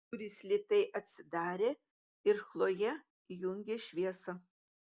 durys lėtai atsidarė ir chlojė įjungė šviesą